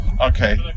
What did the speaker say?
Okay